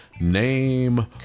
name